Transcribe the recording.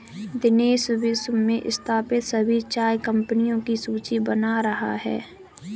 दिनेश विश्व में स्थापित सभी चाय कंपनियों की सूची बना रहा है